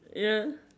ya